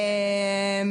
כן?